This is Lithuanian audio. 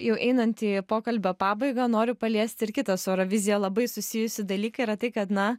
jau einant į pokalbio pabaigą noriu paliesti ir kitą su eurovizija labai susijusį dalyką yra tai kad na